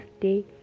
day